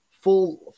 full